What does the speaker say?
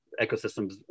ecosystems